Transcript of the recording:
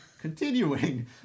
Continuing